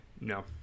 No